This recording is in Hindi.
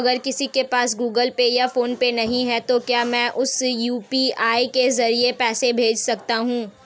अगर किसी के पास गूगल पे या फोनपे नहीं है तो क्या मैं उसे यू.पी.आई के ज़रिए पैसे भेज सकता हूं?